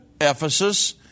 Ephesus